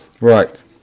Right